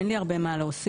אין לי הרבה מה להוסיף.